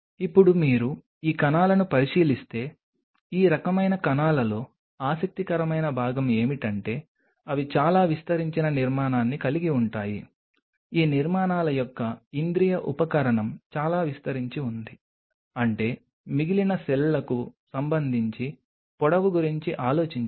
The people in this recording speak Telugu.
ఇప్పుడు మీరు ఈ కణాలను పరిశీలిస్తే ఈ రకమైన కణాలలో ఆసక్తికరమైన భాగం ఏమిటంటే అవి చాలా విస్తరించిన నిర్మాణాన్ని కలిగి ఉంటాయి ఈ నిర్మాణాల యొక్క ఇంద్రియ ఉపకరణం చాలా విస్తరించి ఉంది అంటే మిగిలిన సెల్లకు సంబంధించి పొడవు గురించి ఆలోచించండి